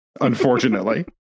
unfortunately